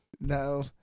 no